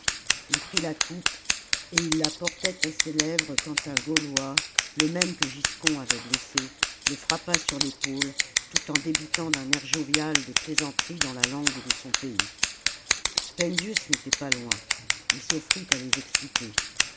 il prit la coupe et la portait à ses lèvres quand un gaulois le même que giscon avait blessé le salammbo ip frappa sur l'épaule tout en débitant d'un air jovial des plaisanteries dans la langue de son pays spendius n'était pas loin il s'offrit à les expliquer